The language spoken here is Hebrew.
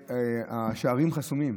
והשערים חסומים,